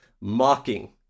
mocking